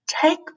Take